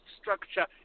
structure